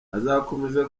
azakomeza